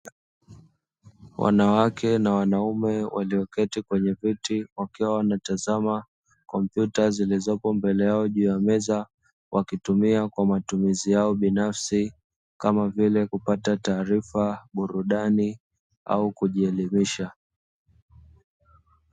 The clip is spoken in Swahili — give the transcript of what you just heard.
Wanawake na wanaume walioketi kwenye viti wakiwa wana tazama kompyuta zilizopo mbele yao juu ya meza, wakitumia kwa matumizi yao binafsi kama vile; kupata taarifa burudani au kujielimisha.